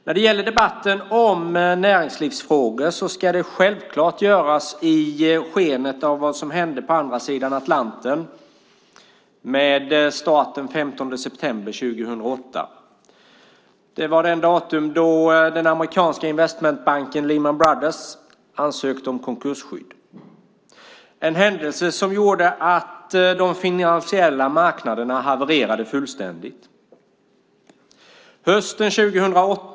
När det gäller debatten om näringslivsfrågor ska den självklart föras i skenet av vad som hände på andra sidan Atlanten med start den 15 september 2008. Det är datumet då den amerikanska investmentbanken Lehman Brothers ansökte om konkursskydd, vilket var en händelse som gjorde att de finansiella marknaderna fullständigt havererade.